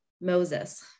Moses